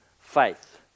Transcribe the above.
faith